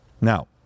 Now